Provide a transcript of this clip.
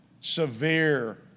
Severe